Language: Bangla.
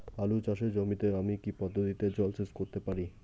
আলু চাষে জমিতে আমি কী পদ্ধতিতে জলসেচ করতে পারি?